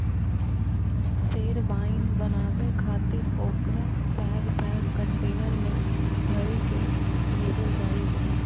फेर वाइन बनाबै खातिर ओकरा पैघ पैघ कंटेनर मे भरि कें भेजल जाइ छै